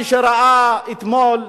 מי שראה אתמול,